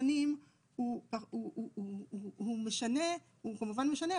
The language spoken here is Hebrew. השנים הוא כמובן משנה,